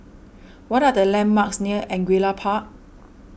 what are the landmarks near Angullia Park